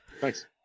Thanks